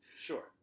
Sure